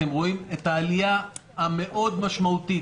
אתם רואים את העלייה המשמעותית מאוד,